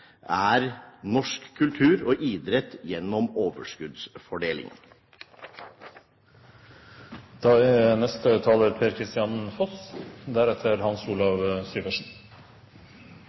er norsk kultur og idrett gjennom